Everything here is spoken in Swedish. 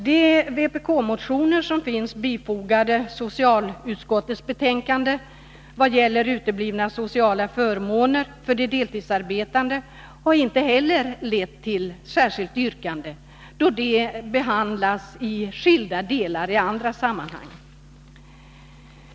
De vpk-motioner som finns fogade till socialutskottets betänkande och som gäller uteblivna sociala förmåner för de deltidsarbetande har inte heller lett till särskilt yrkande, då de behandlas i skilda delar i andra sammanhang.